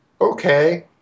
okay